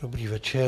Dobrý večer.